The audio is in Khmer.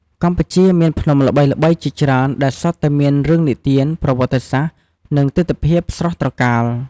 កម្ពុជាមានភ្នំល្បីៗជាច្រើនដែលសុទ្ធតែមានរឿងនិទាន ប្រវត្តិសាស្ត្រ និងទិដ្ឋភាពស្រស់ត្រកាល។